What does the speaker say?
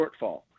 shortfall